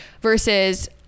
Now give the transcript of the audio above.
versus